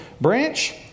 branch